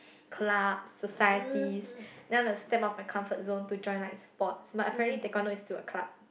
club societies then I have to step out of my comfort zone to join like sports but apparently Taekwando is still a club